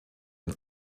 ein